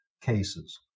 cases